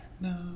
No